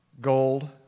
gold